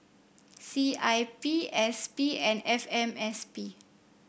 C I P S P and F M S P